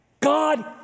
God